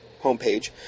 homepage